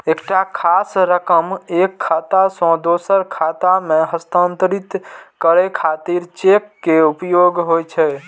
एकटा खास रकम एक खाता सं दोसर खाता मे हस्तांतरित करै खातिर चेक के उपयोग होइ छै